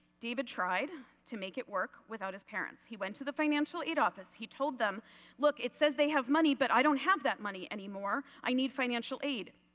david tried to make it work without his parents. he went to the financial aid office. he told them look it says they have money but i don't have that money any more. i need financial aid.